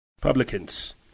Publicans